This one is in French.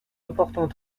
important